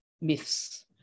myths